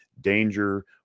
danger